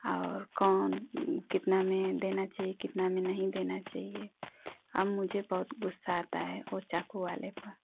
और कौन कितने में देना चाहिए कितना में नहीं देना चाहिए और मुझे बहुत ग़ुस्सा आता है वह चाकू वाले पर